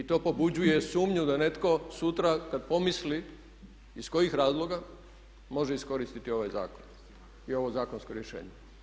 I to pobuđuje sumnju da netko sutra kad pomisli iz kojih razloga može iskoristiti ovaj zakon i ovo zakonsko rješenje.